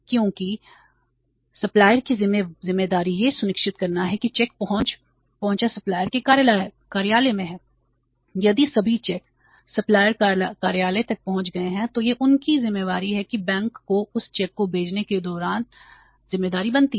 क्योंकि भुगतानकर्ता की जिम्मेदारी यह सुनिश्चित करना है कि चेक पहुंच सप्लायर के कार्यालय में है यदि सभी चेक सप्लायरके कार्यालय तक पहुँच गए हैं तो यह उसकी ज़िम्मेदारी है कि बैंक को उस चेक को भेजने के दौरान जिम्मेदारी बनती है